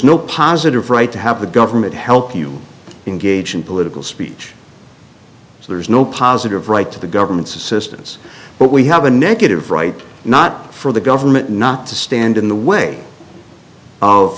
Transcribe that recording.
no positive right to have the government help you engage in political speech so there is no positive right to the government's assistance but we have a negative right not for the government not to stand in the way